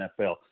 NFL